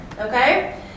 okay